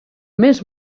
més